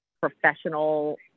professional